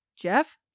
Jeff